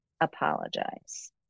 apologize